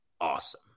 awesome